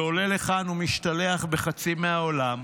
ועולה לך לכאן ומשתלח בחצי מהעולם.